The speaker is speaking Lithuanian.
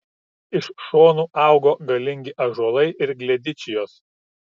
iš šonų augo galingi ąžuolai ir gledičijos